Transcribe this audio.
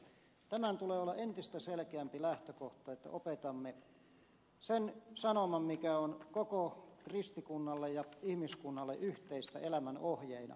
tämän tulee olla entistä selkeämpi lähtökohta että opetamme sen sanoman mikä on koko kristikunnalle ja ihmiskunnalle yhteistä elämänohjeina